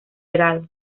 delgado